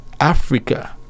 Africa